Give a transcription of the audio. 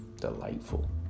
delightful